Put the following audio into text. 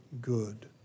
good